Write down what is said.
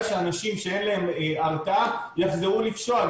שאנשים שאין להם הרתעה יחזרו לפשוע.